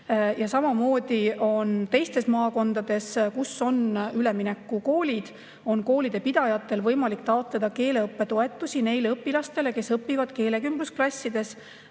Samamoodi on teistes maakondades, kus on üleminekukoolid, koolide pidajatel võimalik taotleda keeleõppetoetusi neile õpilastele, kes õpivad keelekümblusklassides